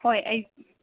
ꯍꯣꯏ ꯑꯩ